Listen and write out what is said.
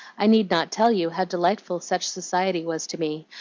i need not tell you how delightful such society was to me,